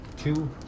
Two